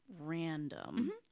random